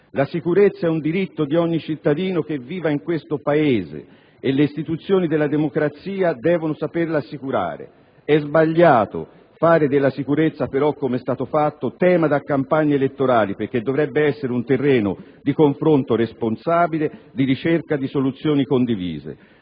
La sicurezza è un diritto di ogni cittadino che viva in questo Paese e le istituzioni della democrazia devono saperla assicurare. È sbagliato fare della sicurezza però, come è stato fatto, tema da campagne elettorali perché dovrebbe essere un terreno di confronto responsabile, di ricerca di soluzioni condivise.